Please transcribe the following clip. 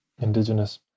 indigenous